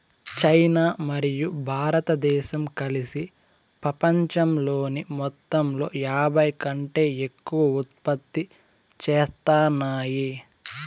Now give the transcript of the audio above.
China మరియు భారతదేశం కలిసి పపంచంలోని మొత్తంలో యాభైకంటే ఎక్కువ ఉత్పత్తి చేత్తాన్నాయి